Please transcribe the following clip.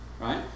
right